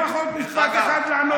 אז תנו לנו לפחות במשפט אחד לענות לו.